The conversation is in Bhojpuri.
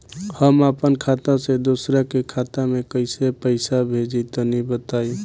हम आपन खाता से दोसरा के खाता मे पईसा कइसे भेजि तनि बताईं?